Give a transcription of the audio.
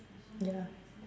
ya